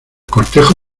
cortejo